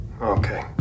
okay